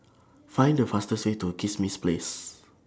Find The fastest Way to Kismis Place